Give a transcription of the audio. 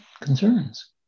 concerns